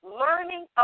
learning